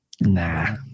Nah